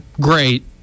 great